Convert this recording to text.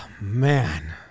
Man